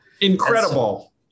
Incredible